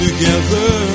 Together